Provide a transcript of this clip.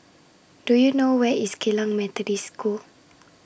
Do YOU know Where IS Geylang Methodist School